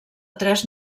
tres